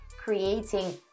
creating